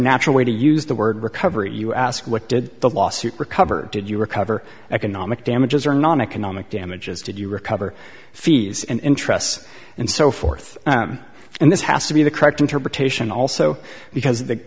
natural way to use the word recovery you ask what did the lawsuit recover did you recover economic damages or non economic damages did you recover fees and interests and so forth and this has to be the correct interpretation also because